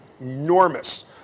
enormous